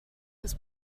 his